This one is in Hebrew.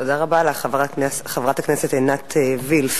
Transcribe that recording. תודה רבה לך, חברת הכנסת עינת וילף.